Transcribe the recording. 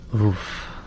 Oof